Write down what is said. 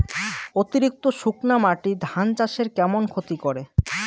অতিরিক্ত শুকনা মাটি ধান চাষের কেমন ক্ষতি করে?